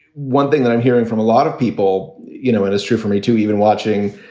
one thing that i'm hearing from a lot of people, you know, it is true for me, too, even watching,